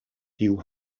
tiu